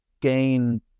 gain